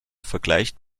vergleicht